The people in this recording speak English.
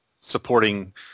supporting